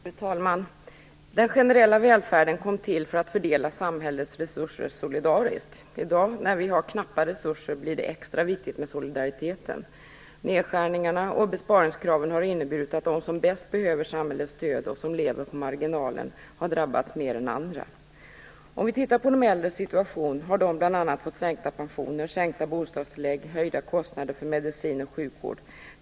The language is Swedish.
Fru talman! Den generella välfärden kom till för att samhällets resurser skulle fördelas solidariskt. I dag, när vi har knappa resurser, blir det extra viktigt med solidariteten. Nedskärningarna och besparingskraven har inneburit att de som bäst behöver samhällets stöd och som lever på marginalen har drabbats mer än andra. De äldre har fått sänkta pensioner, sänkta bostadstillägg och höjda kostnader för medicin och sjukvård.